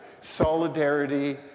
solidarity